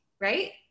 right